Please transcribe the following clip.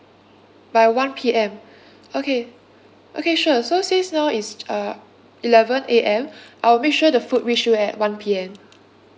by one P_M okay okay sure so since now is uh eleven A_M I will make sure the food reach you at one P_M